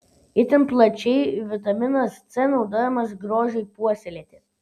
itin plačiai vitaminas c naudojamas grožiui puoselėti